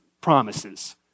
promises